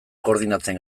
koordinatzen